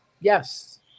Yes